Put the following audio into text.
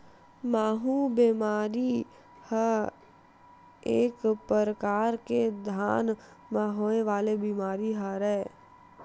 माहूँ बेमारी ह एक परकार ले धान म होय वाले बीमारी हरय